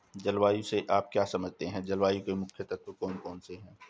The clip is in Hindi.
जलवायु से आप क्या समझते हैं जलवायु के मुख्य तत्व कौन कौन से हैं?